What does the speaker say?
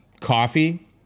coffee